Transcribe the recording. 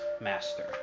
master